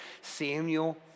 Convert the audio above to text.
Samuel